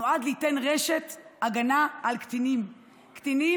נועד ליתן רשת הגנה על קטינים לצורך